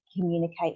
communicate